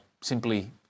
simply